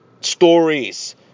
Stories